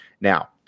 Now